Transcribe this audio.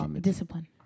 Discipline